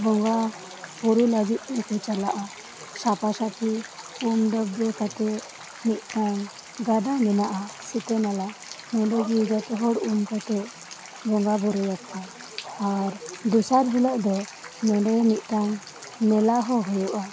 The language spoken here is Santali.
ᱵᱚᱸᱜᱟ ᱵᱩᱨᱩ ᱞᱟᱹᱜᱤᱫ ᱛᱮᱠᱚ ᱪᱟᱞᱟᱜᱼᱟ ᱥᱟᱯᱷᱟ ᱥᱟᱹᱯᱷᱤ ᱩᱢ ᱰᱟᱹᱵᱨᱟᱹ ᱠᱟᱛᱮ ᱢᱤᱫᱴᱟᱝ ᱜᱟᱰᱟ ᱢᱮᱱᱟᱜᱼᱟ ᱥᱤᱛᱟᱹ ᱱᱟᱞᱟ ᱱᱚᱰᱮ ᱜᱮ ᱡᱚᱛᱚ ᱦᱚᱲ ᱩᱢ ᱠᱟᱛᱮ ᱵᱚᱸᱜᱟ ᱵᱩᱨᱩᱭᱟᱠᱚ ᱟᱨ ᱫᱚᱥᱟᱨ ᱦᱤᱞᱳᱜ ᱫᱚ ᱱᱚᱰᱮ ᱢᱤᱫᱴᱟᱝ ᱢᱮᱞᱟ ᱦᱚᱸ ᱦᱩᱭᱩᱜᱼᱟ